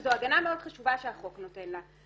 שזו הגנה מאוד חשובה שהחוק נותן לה.